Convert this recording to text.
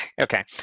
okay